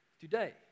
today